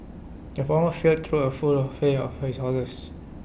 the farmer filled trough A full of hay for his horses